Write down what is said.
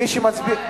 יש לי תנאי.